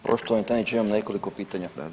Poštovani tajniče imam nekoliko pitanje.